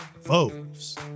Foes